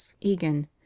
Egan